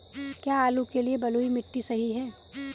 क्या आलू के लिए बलुई मिट्टी सही है?